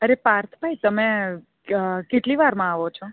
અરે પાર્થભઇ તમે કેટલી વારમાં આવો છો